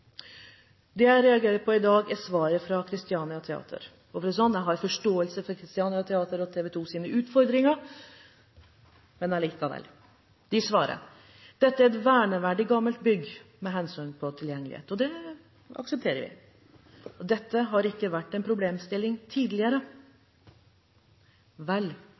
Det jeg reagerer på i dag, er svaret fra Chistiania Teater. For å si det sånn: Jeg har forståelse for Chstiania Teater og TV 2s utfordringer – men likevel. De svarer: Dette er et «verneverdig gammelt bygg mhp tilgjengelighet» – og det aksepterer vi. Og videre: «Dette har ikke vært en problemstilling tidligere.» Vel,